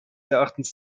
erachtens